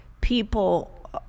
people